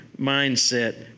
mindset